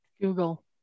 Google